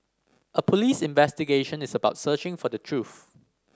a police investigation is about searching for the truth